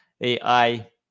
ai